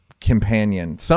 companion